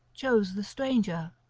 chose the stranger.